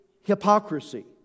hypocrisy